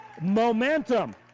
Momentum